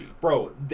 bro